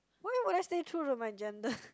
why would I stay true to my gender